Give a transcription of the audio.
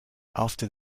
after